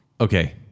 okay